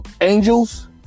Angels